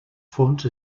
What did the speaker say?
fons